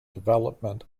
development